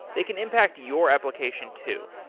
they can impact your application too.